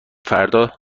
فردا